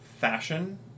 fashion